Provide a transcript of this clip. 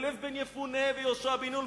כלב בן יפונה ויהושע בן נון,